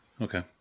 Okay